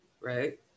right